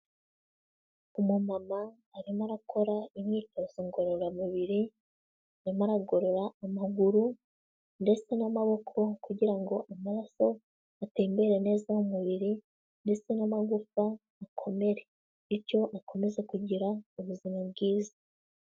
Umumama arimo arakora imyitozo ngororamubiri, arimo aragorora amaguru ndetse n'amaboko kugira ngo amaraso atembere neza mu mubiri ndetse n'amagufa akomere bityo akomeza kugira ubuzima bwiza.